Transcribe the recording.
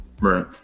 Right